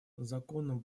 законным